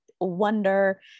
wonder